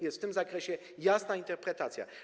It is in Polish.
Jest w tym zakresie jasna interpretacja.